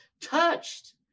touched